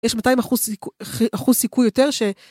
יש 200 אחוז סיכוי יותר ש...